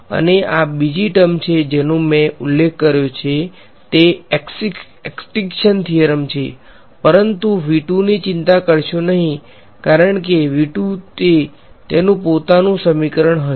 અને આ બીજી ટર્મ છે જેનો મેં ઉલ્લેખ કર્યો તે એક્સ્ટીંક્શન થીયરમ છે પરંતુ ની ચિંતા કરશો નહીં કારણ કે ને તેનું પોતાનું સમીકરણ હશે